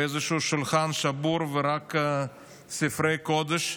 ואיזשהו שולחן שבור, ורק ספרי קודש.